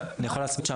אני יכול להסביר את זה?